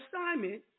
assignment